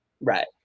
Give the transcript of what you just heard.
Right